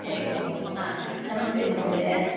हरि ओम् नमस्ते महोदय